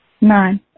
Nine